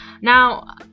now